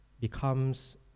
becomes